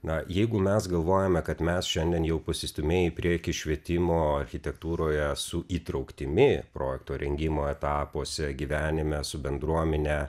na jeigu mes galvojame kad mes šiandien jau pasistūmėję į priekį švietimo architektūroje su įtrauktimi projekto rengimo etapuose gyvenime su bendruomene